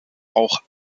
auch